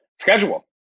Schedule